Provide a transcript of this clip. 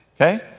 okay